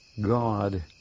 God